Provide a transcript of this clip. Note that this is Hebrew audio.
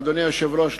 אדוני היושב-ראש,